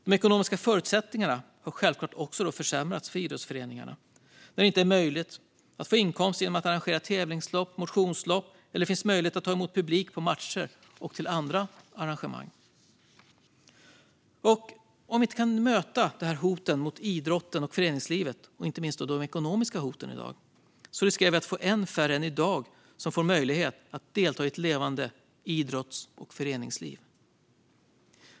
De ekonomiska förutsättningarna har självklart försämrats för idrottsföreningarna när det inte är möjligt att få inkomster genom att arrangera tävlingslopp och motionslopp eller finns möjlighet att ta emot publik på matcher och vid andra arrangemang. Om vi inte kan möta dessa hot mot idrotten och föreningslivet, inte minst de ekonomiska hoten, riskerar vi att få än färre än i dag som får möjlighet att delta i ett levande idrotts och föreningsliv.